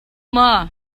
maw